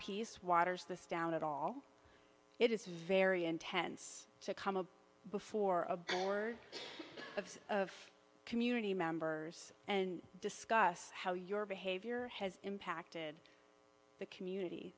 piece waters this down at all it is very intense to come up before a board of a community members and discuss how your behavior has impacted the community